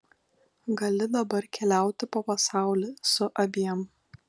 gali dabar keliauti po pasaulį su abiem